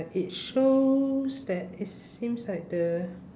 it shows that it seems like the